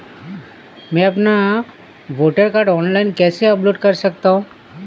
मैं अपना voter card online कैसे अपलोड कर सकता हूँ?